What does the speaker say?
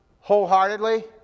wholeheartedly